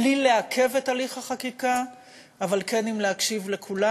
בלי לעכב את הליך החקיקה אבל כן עם להקשיב לכולם.